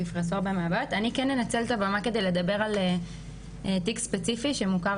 אני אנצל את הבמה כדי לדבר על תיק ספציפי שמוכר